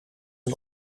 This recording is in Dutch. een